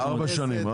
ארבע שנים.